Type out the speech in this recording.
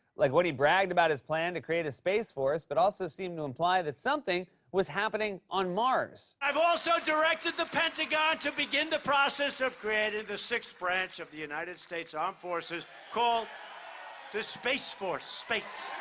like when he bragged about his plan to create a space force, but also seemed to imply that something was happening on mars. i've also directed the pentagon to begin the process of creating the sixth branch of the united states armed forces called the space force. space.